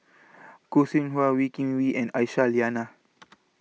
Khoo Seow Hwa Wee Kim Wee and Aisyah Lyana